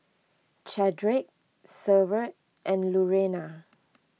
Chadrick Severt and Lurena